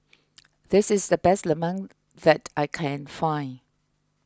this is the best Lemang that I can find